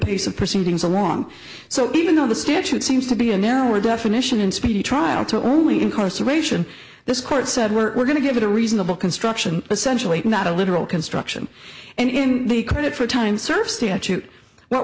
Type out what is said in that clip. piece of proceedings along so even though the statute seems to be an hour definition and speedy trial to only incarceration this court said we're going to give it a reasonable construction essentially not a literal construction and in the credit for times statute what